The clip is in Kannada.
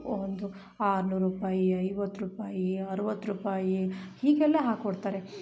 ಒಂದು ಆರ್ನೂರೂಪಾಯಿ ಐವತ್ತು ರೂಪಾಯಿ ಅರ್ವತ್ತು ರೂಪಾಯಿ ಹೀಗೆಲ್ಲ ಹಾಕ್ಕೊಡ್ತಾರೆ